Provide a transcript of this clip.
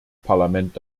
parlament